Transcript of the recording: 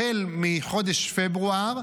החל מחודש פברואר,